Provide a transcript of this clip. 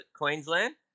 Queensland